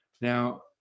Now